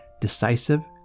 decisive